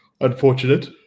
unfortunate